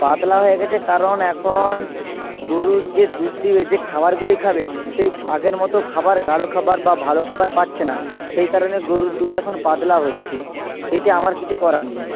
পাতলা হয়ে গেছে কারণ এখন গরু যে দুধ দেবে যে খাবারগুলি খাবে সেই আগের মত খাবার গাঢ় খাবার বা ভালো খাবার পাচ্ছে না সেই কারণে গরুর দুধ এখন পাতলা হচ্ছে এতে আমার কিছু করার নেই